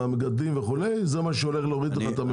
למגדלים וכו' זה מה שהולך להוריד לך את המחיר?